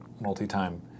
multi-time